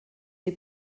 neu